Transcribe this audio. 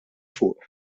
fuq